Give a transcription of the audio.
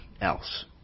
else